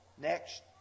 Next